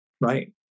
right